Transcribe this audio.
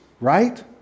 right